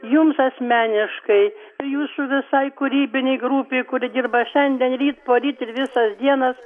jums asmeniškai jūsų visai kūrybinei grupei kuri dirba šiandien ryt poryt ir visas dienas